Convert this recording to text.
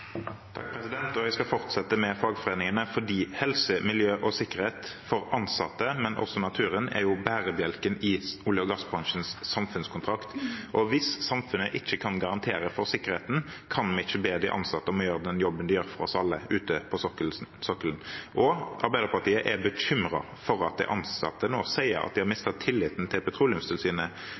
naturen, er bærebjelken i olje- og gassbransjens samfunnskontrakt. Og hvis samfunnet ikke kan garantere for sikkerheten, kan vi ikke be de ansatte om å gjøre den jobben de gjør for oss alle ute på sokkelen. Arbeiderpartiet er bekymret for at de ansatte nå sier at de har mistet tilliten til Petroleumstilsynet.